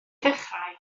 ddechrau